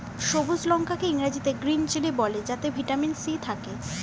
সবুজ লঙ্কা কে ইংরেজিতে গ্রীন চিলি বলে যাতে ভিটামিন সি থাকে